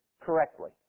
correctly